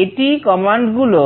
এখন এই AT কমান্ডগুলো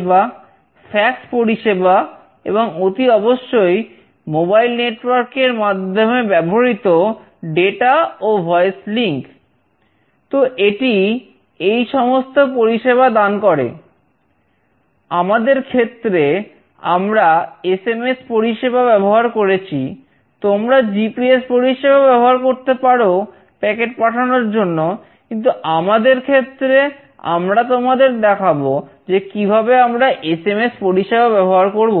পরিষেবা ব্যবহার করব